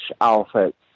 outfits